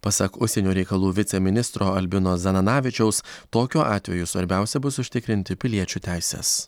pasak užsienio reikalų viceministro albino zananavičiaus tokiu atveju svarbiausia bus užtikrinti piliečių teises